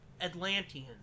Atlanteans